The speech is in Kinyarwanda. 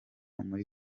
muri